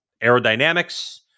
aerodynamics